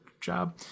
job